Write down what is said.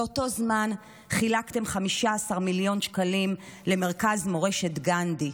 באותו זמן חילקתם 15 מיליון שקלים למרכז מורשת גנדי.